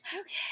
Okay